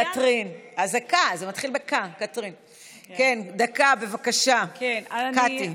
קטרין, אז זה מתחיל ב-קָ בבקשה, קָטי.